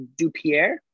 Dupierre